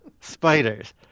Spiders